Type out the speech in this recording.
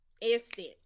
Instant